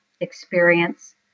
experience